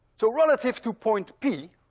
so relative to point p,